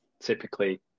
typically